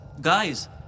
guys